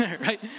Right